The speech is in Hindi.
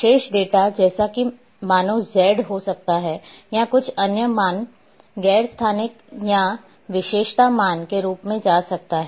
शेष डेटा जैसे कि मानो Z हो सकता है या कुछ अन्य मान गैर स्थानिक या विशेषता मान के रूप में जा सकते हैं